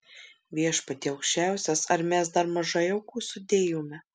viešpatie aukščiausias ar mes dar mažai aukų sudėjome